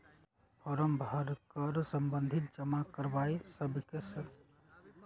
बचत खता खोलबाके लेल फारम भर कऽ संबंधित जानकारिय सभके सहिते बैंक में जमा करनाइ होइ छइ